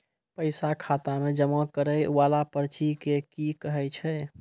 पैसा खाता मे जमा करैय वाला पर्ची के की कहेय छै?